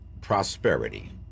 prosperity